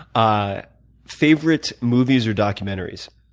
ah favorite movies or documentaries?